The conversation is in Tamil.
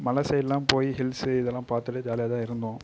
மலை சைடெலாம் போய் ஹில்ஸு இதெல்லாம் பார்த்தாலே ஜாலியாகதான் இருந்தோம்